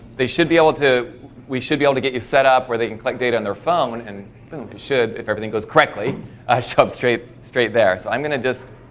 they should be able to we should be able to get you set up where they think like date on their phone and should if everything goes quickly i substrate straight back so i'm gonna just